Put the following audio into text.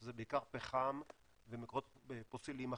שזה בעיקר פחם ומקורות פוסיליים אחרים,